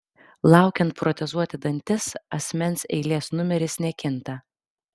laukiant protezuoti dantis asmens eilės numeris nekinta